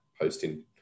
posting